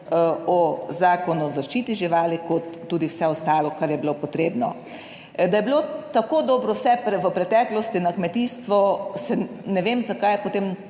Zakonu o zaščiti živali kot tudi vse ostalo, kar je bilo potrebno. Da je bilo tako dobro vse v preteklosti na kmetijstvu ne vem zakaj je potem